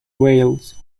wales